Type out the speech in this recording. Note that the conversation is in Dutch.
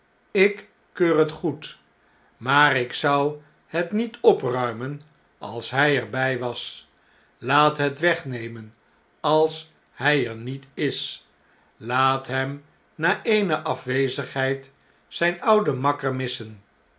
ik keur het goed maar ik zou net niet opruimen als hjj er bjj was laat het wegnemen als hij er niet is laat hem na eene afwezigheid zjjn ouden makker missen